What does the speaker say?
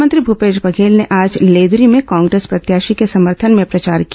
मुख्यमंत्री भूपेश बघेल ने आज लेदरी में कांग्रेस प्रत्याशी के समर्थन में प्रचार किया